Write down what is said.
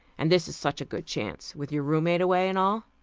and this is such a good chance, with your roommate away, and all.